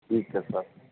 ਠੀਕ ਹੈ ਸਰ